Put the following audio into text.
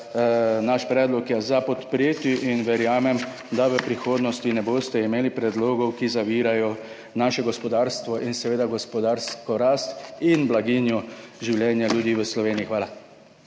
naš predlog [vreden] podpore in verjamem, da v prihodnosti ne boste imeli predlogov, ki zavirajo naše gospodarstvo in seveda gospodarsko rast in blaginjo življenja ljudi v Sloveniji. Hvala.